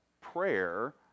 prayer